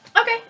Okay